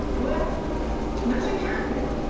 well nothing happened,